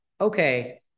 okay